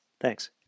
Thanks